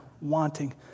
wanting